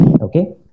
okay